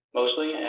mostly